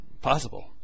possible